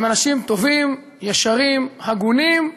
הם אנשים טובים, ישרים, הגונים,